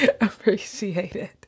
appreciated